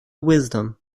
wisdom